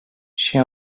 she